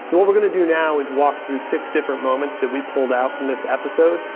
so what we're gonna do now is walk through six different moments that we pulled out from this episode,